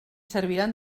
serviran